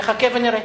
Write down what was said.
נחכה ונראה.